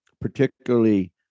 particularly